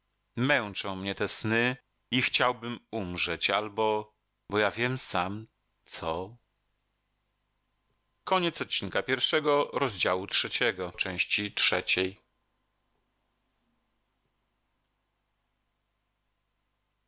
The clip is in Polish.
męczą mnie te sny i chciałbym umrzeć albo bo ja wiem sam co